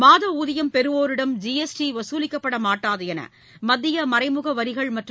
மாதஊதியம் பெறுவோரிடம் G S T வசூலிக்கப்படமாட்டாதுஎன்றுமத்தியமறைமுகவரிகள் மற்றும்